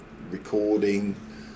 recording